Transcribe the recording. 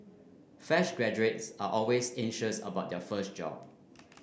fresh graduates are always anxious about their first job